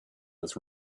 was